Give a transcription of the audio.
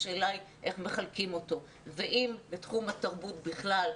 השאלה היא איך מחלקים אותו ואם לתחום התרבות בכלל,